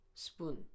Spoon